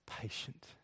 Patient